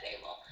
table